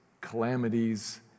calamities